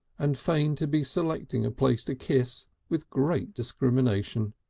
and feigned to be selecting a place to kiss with great discrimination.